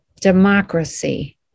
democracy